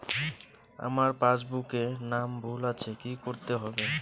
আমার পাসবুকে নাম ভুল আছে কি করতে হবে?